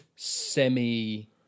semi